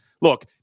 look